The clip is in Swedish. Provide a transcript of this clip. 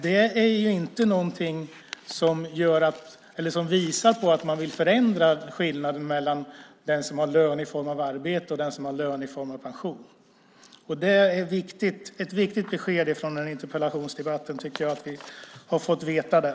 Det är inte någonting som visar att man vill förändra skillnaden mellan den som har lön från arbete och den som har lön i form av pension. Det är ett viktigt besked från den här interpellationsdebatten att vi har fått veta det.